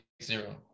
Zero